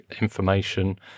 information